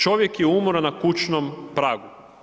Čovjek je umro na kućnom pragu.